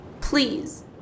Please